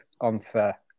unfair